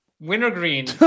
Wintergreen